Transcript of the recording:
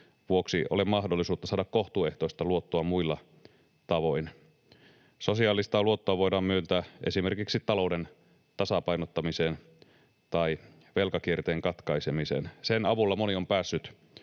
vuoksi ole mahdollisuutta saada kohtuuehtoista luottoa muilla tavoin. Sosiaalista luottoa voidaan myöntää esimerkiksi talouden tasapainottamiseen tai velkakierteen katkaisemiseen. Sen avulla moni on päässyt